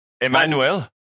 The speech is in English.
Emmanuel